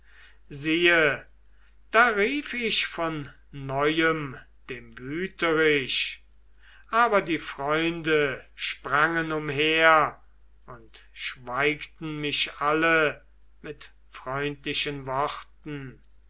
siehe da rief ich von neuem dem wüterich aber die freunde sprangen umher und schweigten mich alle mit freundlichen worten